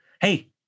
Hey